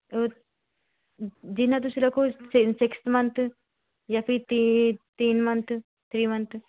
ਜਿੰਨਾਂ ਤੁਸੀਂ ਰੱਖੋ ਸਿਕਸ ਮੰਨਥ ਜਾਂ ਫਿਰ ਤੀ ਤਿੰਨ ਮੰਨਥ ਥਰੀ ਮੰਨਥ